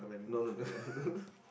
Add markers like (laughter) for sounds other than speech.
no no no no (laughs)